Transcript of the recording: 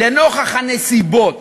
לנוכח הנסיבות